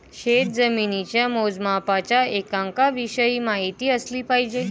शेतजमिनीच्या मोजमापाच्या एककांविषयी माहिती असली पाहिजे